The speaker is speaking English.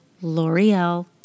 L'Oreal